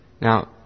Now